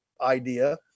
idea